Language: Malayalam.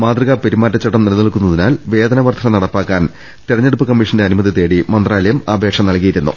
മാതൃകാ പെരുമാറ്റച്ചട്ടം നിലനിൽക്കുന്നതിനാൽ വേതന വർദ്ധന നടപ്പാക്കാൻ തെരഞ്ഞെടുപ്പ് കമ്മീഷന്റെ അനുമതി തേടി മന്ത്രാലയം അപേക്ഷ നൽകിയിരുന്നു